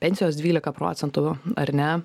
pensijos dvylika procentų ar ne